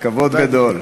כבוד גדול.